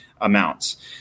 amounts